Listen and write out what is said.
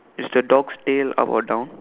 is the dog's tail up or down